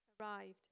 arrived